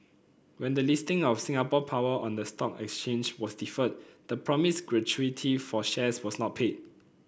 when the listing of Singapore Power on the stock exchange was deferred the promised gratuity for shares was not paid